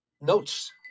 notes